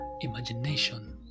Imagination